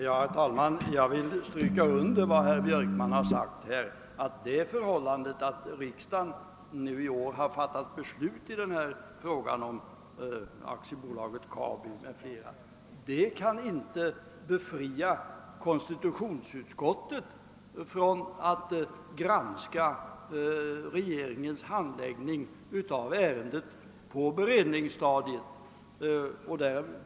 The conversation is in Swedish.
Herr talman! Jag vill understryka vad herr Björkman har sagt, att det förhållandet att riksdagen i år har fattat beslut i fråga om Kabi m.fl. företag inte kan befria konstitutionsutskottet från skyldigheten att granska regeringens handläggning av ärendena på beredningsstadiet.